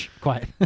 quiet